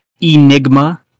Enigma